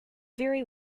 very